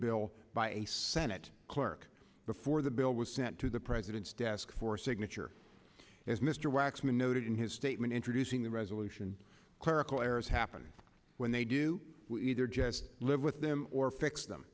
bill by a senate clerk before the bill was sent to the president's desk for signature as mr waxman noted in his statement introducing the resolution clerical errors happen when they do live with them or fix